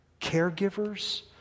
caregivers